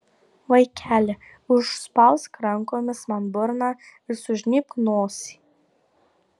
vaikeli užspausk rankomis man burną ir sužnybk nosį